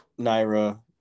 Naira